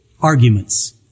arguments